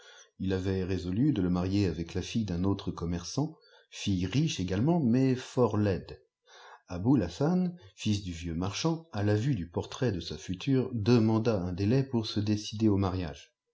il avait résolu de le marier avec la fille d'un autre commerçant fille riche également mais fort laide âboul hassan fils du vieux marchand à la vue du portrait de sa future demanda un délai pour se décider au mariage